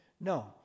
No